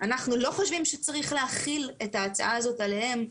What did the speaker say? אנחנו לא חושבים שצריך להחיל את ההצעה הזאת עליהם.